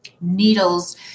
needles